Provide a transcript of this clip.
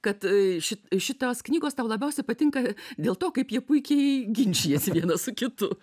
kad ši šitos knygos tau labiausia patinka dėl to kaip jie puikiai ginčijasi vienas su kitu